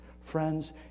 Friends